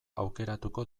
aukeratuko